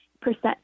percent